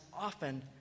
often